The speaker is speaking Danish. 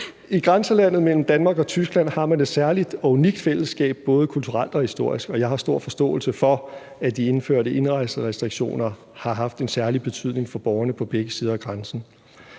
I grænselandet mellem Danmark og Tyskland har man et særligt og unikt fællesskab både kulturelt og historisk. Og jeg har stor forståelse for, at de indførte indrejserestriktioner har haft en særlig betydning for borgerne på begge sider af grænsen.